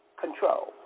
control